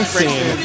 scene